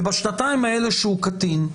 ובשנתיים האלה שהוא קטין,